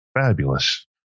fabulous